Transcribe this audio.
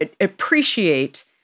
appreciate